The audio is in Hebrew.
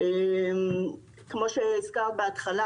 כמו שהזכרת בהתחלה,